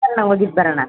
ಹೋಗಿದ್ದು ಬರೋಣ